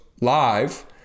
live